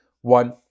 One